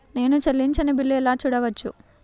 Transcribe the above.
నేను చెల్లించిన బిల్లు ఎలా చూడవచ్చు?